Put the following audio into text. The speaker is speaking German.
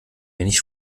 wenig